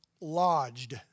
lodged